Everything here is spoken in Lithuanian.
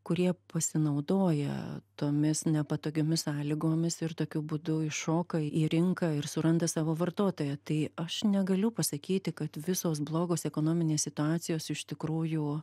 kurie pasinaudoja tomis nepatogiomis sąlygomis ir tokiu būdu iššoka į rinką ir suranda savo vartotoją tai aš negaliu pasakyti kad visos blogos ekonominės situacijos iš tikrųjų